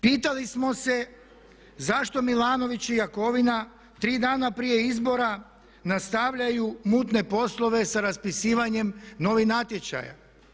Pitali smo se zašto Milanović i Jakovina tri dana prije izbora nastavljaju mutne poslove sa raspisivanjem novih natječaja?